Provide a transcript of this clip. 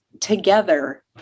together